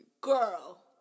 Girl